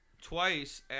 twice